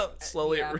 slowly